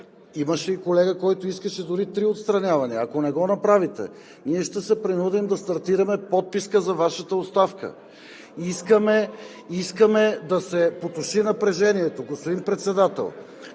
имаше и колега, който искаше дори три отстранявания –ние ще се принудим да стартираме подписка за Вашата оставка. Искаме да се потуши напрежението. Господин Председател,